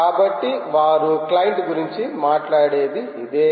కాబట్టి వారు క్లయింట్ గురించి మాట్లాడేది ఇదే